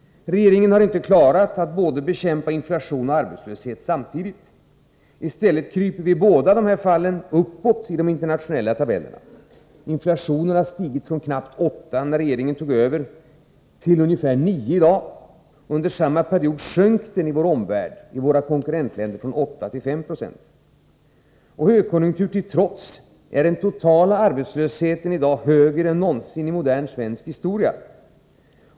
Regeringen har inte klarat att samtidigt bekämpa både inflation och arbetslöshet. I stället kryper vi i båda dessa avseenden uppåt i de internationella tabellerna. Inflationen har stigit från knappt 8 96 när regeringen tog över till ungefär 9 90 i dag. Under samma period sjönk den i vår omvärld, i våra konkurrentländer, från 8 till 5 96. Högkonjunkturen till trots är den totala arbetslösheten i dag högre än någonsin i modern svensk historia.